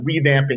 revamping